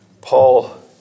Paul